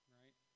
right